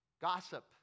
gossip